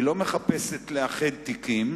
היא לא מחפשת לאחד תיקים,